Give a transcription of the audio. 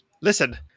Listen